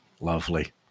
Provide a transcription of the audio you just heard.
lovely